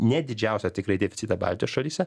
ne didžiausią tikrai deficitą baltijos šalyse